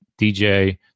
DJ